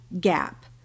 gap